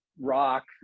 rock